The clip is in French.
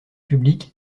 publique